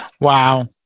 Wow